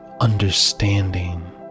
understanding